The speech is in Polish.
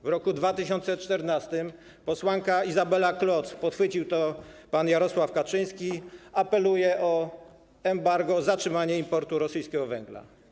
W roku 2014 posłanka Izabela Kloc - podchwycił to pan Jarosław Kaczyński - apeluje o embargo, zatrzymanie importu rosyjskiego węgla.